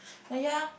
oh ya